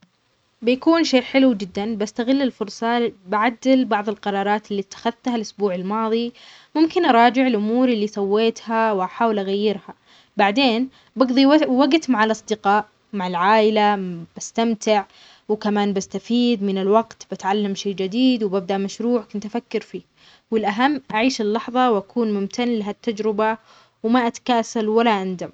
بيكون شيء حلو جدا بستغل الفرصه بعدل بعض القرارات التي اتخذتها الاسبوع الماضي، ممكن اراجع الامور الي سويتها واحاول اغيرها، بعدين بقضي وقت مع الاصدقاء مع العائله بستمتع وكمان بستفيد من الوقت بتعلم شيء جديد و ببدأ مشروع كنت افكر فيه، والاهم اعيش اللحظه واكون ممتن لهالتجربة وما اتكاسل ولا اندم.